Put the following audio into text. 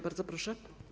Bardzo proszę.